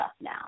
now